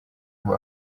ubu